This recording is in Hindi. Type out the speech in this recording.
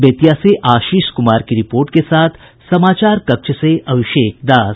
बेतिया से आशीष कुमार की रिपोर्ट के साथ पटना से अभिषेक दास